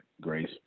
Grace